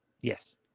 Yes